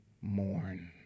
mourn